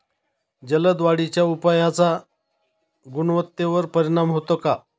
जलद वाढीच्या उपायाचा गुणवत्तेवर परिणाम होतो का?